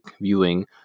viewing